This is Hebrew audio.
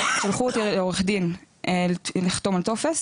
שלחו אותי לעורך דין לחתום על טופס